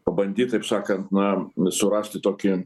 pabandyti taip sakant na surasti tokį